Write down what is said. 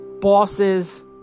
bosses